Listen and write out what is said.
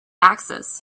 access